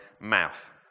mouth